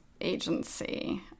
agency